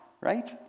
right